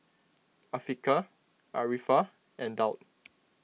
Afiqah Arifa and Daud